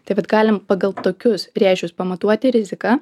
tai vat galim pagal tokius rėžius pamatuoti riziką